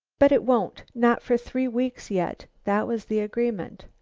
but it won't, not for three weeks yet. that was the agreement.